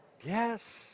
Yes